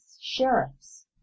sheriffs